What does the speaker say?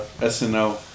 SNL